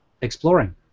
exploring